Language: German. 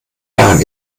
jahren